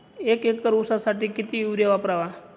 एक एकर ऊसासाठी किती युरिया वापरावा?